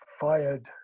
fired